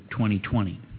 2020